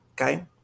okay